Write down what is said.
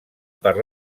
per